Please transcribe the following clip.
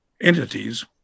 entities